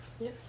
Yes